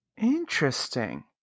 Interesting